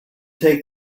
take